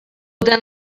dan